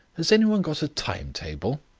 has any one got a timetable?